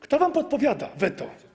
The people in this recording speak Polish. Kto wam podpowiada weto?